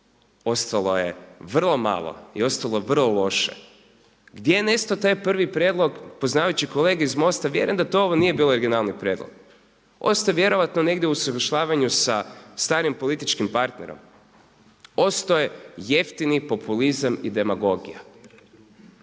Ostalo je vrlo malo i ostalo je vrlo loše. Gdje je nestao taj prvi prijedlog? Poznavajući kolege iz MOST-a vjerujem da ovo nije bio originalni prijedlog. Ostao je vjerojatno negdje na usuglašavanju sa starim političkim partnerom. Ostao je jeftini populizam i demagogija.